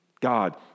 God